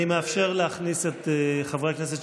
אני אומר בפתח הדיון האישי כי החלטתי,